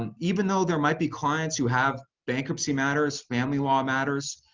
um even though there might be clients who have bankruptcy matters, family law matters,